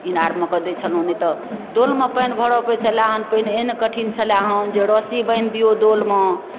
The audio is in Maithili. ईनारमे कऽ दै छलहुँ नहि तऽ डोलमे पानि भरऽ पड़ैत छलऽ हँ पहिने एहन कठिन छलै हन जे रस्सी बान्हि दिऔ डोलमे